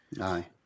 Aye